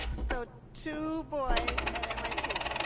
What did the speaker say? so two boys at mit.